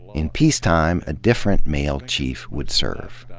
in peacetime, a different male chief would serve.